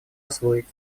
освоить